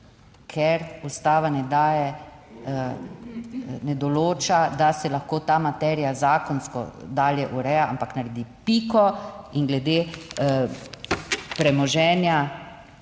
ne daje, ne določa, da se lahko ta materija zakonsko dalje ureja, ampak naredi piko in glede premoženja